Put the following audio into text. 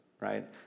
right